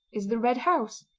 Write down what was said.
is the red house.